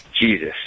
Jesus